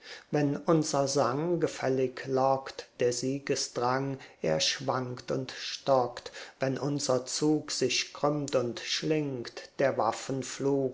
wenn unser sang gefällig lockt der siegesdrang er schwankt und stockt wenn unser zug sich krümmt und schlingt der